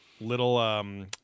little